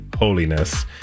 holiness